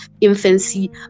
infancy